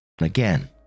again